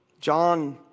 John